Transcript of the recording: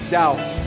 doubt